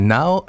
Now